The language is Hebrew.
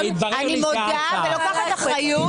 אני מודה ולוקחת אחריות,